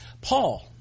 Paul